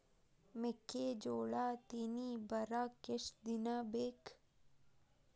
ಮೆಕ್ಕೆಜೋಳಾ ತೆನಿ ಬರಾಕ್ ಎಷ್ಟ ದಿನ ಬೇಕ್?